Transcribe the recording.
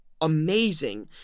amazing